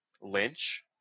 Lynch